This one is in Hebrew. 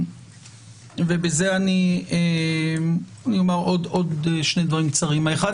אני אומר עוד שני דברים קצרים: האחד,